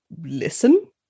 listen